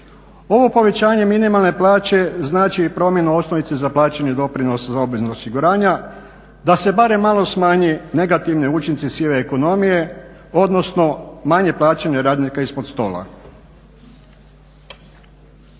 Ovo povećanje minimalne plaće znači i promjenu osnovice za plaćanje doprinosa za obvezna osiguranja da se barem malo smanje negativni učinci sive ekonomije odnosno manje plaćanje radnika ispod stola.